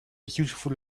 useful